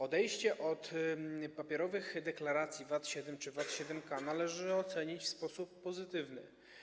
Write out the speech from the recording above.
Odejście do papierowych deklaracji VAT-7 czy VAT-7K należy ocenić w sposób pozytywny.